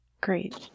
great